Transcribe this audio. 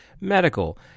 medical